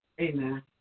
Amen